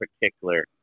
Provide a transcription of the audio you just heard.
particular